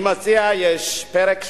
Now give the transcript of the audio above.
אני מציע, יש פרק שלם,